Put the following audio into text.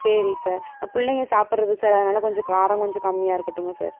சரி சார் பிள்ளைங்கள் சாப்பிட்றது சார் அதனால காரம் கொஞ்சம் கம்மியாக இருக்கட்டும் சார்